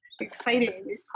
exciting